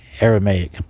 Aramaic